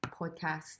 podcast